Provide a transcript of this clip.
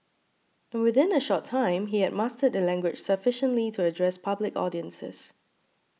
and within a short time he had mastered the language sufficiently to address public audiences